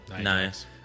Nice